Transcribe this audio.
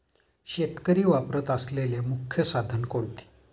शेतकरी वापरत असलेले मुख्य साधन कोणते?